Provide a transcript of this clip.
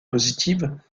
positives